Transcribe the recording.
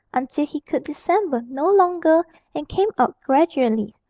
until he could dissemble no longer and came out gradually,